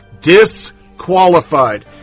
Disqualified